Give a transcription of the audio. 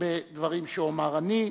בדברים שאומר אני.